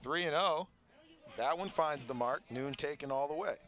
three and no that one finds the mark noone taken all the way